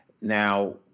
now